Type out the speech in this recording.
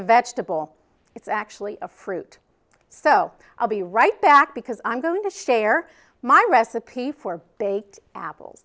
a vegetable it's actually a fruit so i'll be right back because i'm going to share my recipe for they apples